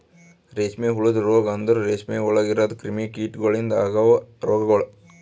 ರೇಷ್ಮೆ ಹುಳದ ರೋಗ ಅಂದುರ್ ರೇಷ್ಮೆ ಒಳಗ್ ಇರದ್ ಕ್ರಿಮಿ ಕೀಟಗೊಳಿಂದ್ ಅಗವ್ ರೋಗಗೊಳ್